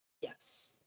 Yes